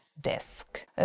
desk